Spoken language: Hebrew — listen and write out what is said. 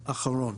האחרון.